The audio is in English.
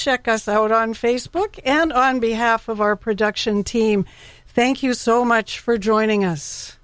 check us out on facebook and on behalf of our production team thank you so much for joining us